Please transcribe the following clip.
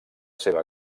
seva